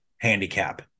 handicap